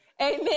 Amen